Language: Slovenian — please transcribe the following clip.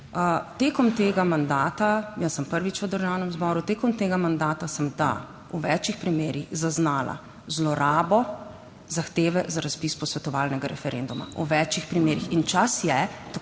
Tekom tega mandata, jaz sem prvič v Državnem zboru, tekom tega mandata sem, da, v več primerih zaznala zlorabo zahteve za razpis posvetovalnega referenduma, v več primerih. In čas je,